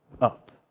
up